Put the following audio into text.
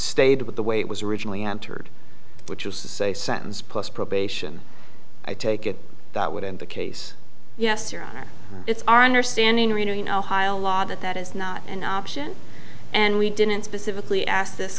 stayed with the way it was originally entered which is to say sentence plus probation i take it that would end the case yes your honor it's our understanding renewing ohio law that that is not an option and we didn't specifically ask